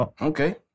Okay